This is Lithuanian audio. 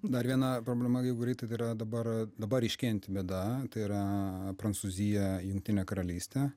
dar viena problema kai kuri tai yra dabar dabar ryškėjanti bėda yra prancūzija jungtinė karalystė